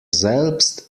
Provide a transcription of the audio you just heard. selbst